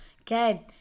Okay